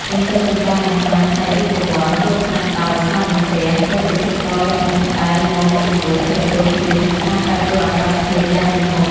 ទន្ទឹមនឹងការបំផ្លាញផ្នែករូបវន្ត គ្រោះថ្នាក់ដោយសាររន្ទះ ក៏ជាឃាតករលាក់មុខដែលមកជាមួយឥទ្ធិពលព្យុះ និងការប្រែប្រួលអាកាសធាតុយ៉ាងគំហុក។